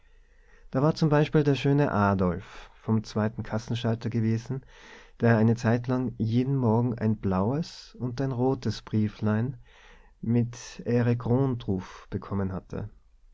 da war zum beispiel der schöne adolf vom zweiten kassenschalter gewesen der eine zeitlang jeden morgen ein blaues und ein rotes brieflein mit ere kron druff bekommen hatte